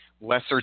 lesser